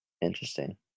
interesting